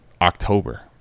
october